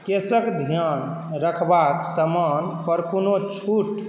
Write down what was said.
केशक ध्यान रखबाक सामानपर कोनो छूट